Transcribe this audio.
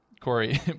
Corey